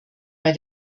bei